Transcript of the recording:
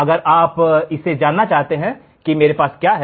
अगर अब आप इसे जानना चाहते हैं तो मेरे पास क्या है